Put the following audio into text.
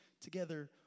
together